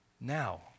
now